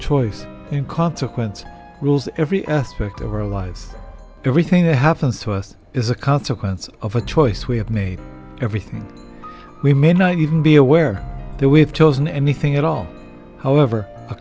choice in consequence rules every aspect of our lives everything that happens to us is a consequence of a choice we have me everything we may not even be aware that we have chosen anything at all however a